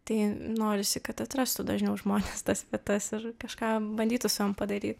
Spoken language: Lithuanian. tai norisi kad atrastų dažniau žmonės tas vietas ir kažką bandytų su jom padaryt